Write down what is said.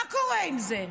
מה קורה עם זה?